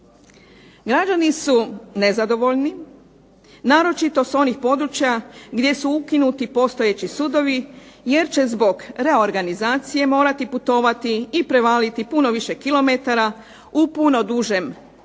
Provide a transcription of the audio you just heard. Građani su nezadovoljni, naročito s onih područja gdje su ukinuti postojeći sudovi, jer će zbog reorganizacije morati putovati i prevaliti puno više kilometara u puno dužem vremenu,